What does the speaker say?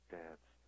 dance